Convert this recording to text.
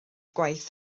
gwaith